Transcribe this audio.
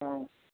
हँ